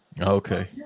okay